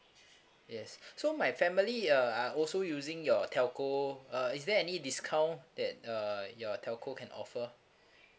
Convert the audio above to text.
yes so my family uh are also using your telco uh is there any discount that uh your telco can offer